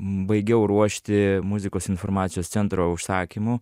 baigiau ruošti muzikos informacijos centro užsakymu